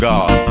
God